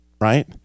right